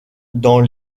dans